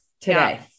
today